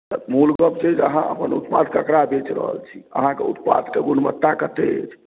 तऽ मूल गप्प छै जे अहाँ अपन उत्पाद ककरा बेच रहल छी अहाँके उत्पादके गुणवत्ता कतेक अछि